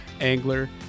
angler